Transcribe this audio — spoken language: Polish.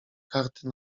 karty